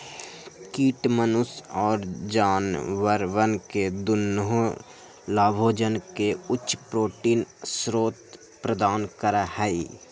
कीट मनुष्य और जानवरवन के दुन्नो लाभोजन के उच्च प्रोटीन स्रोत प्रदान करा हई